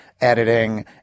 editing